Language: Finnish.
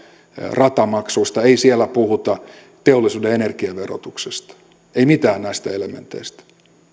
ratamaksuista ei siellä puhuta teollisuuden energiaverotuksesta ei mistään näistä elementeistä